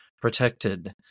protected